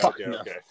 okay